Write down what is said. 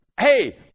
Hey